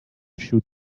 shoot